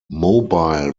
mobile